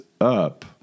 up